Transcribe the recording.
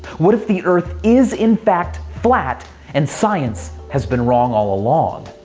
what if the earth is, in fact, flat and science has been wrong all along?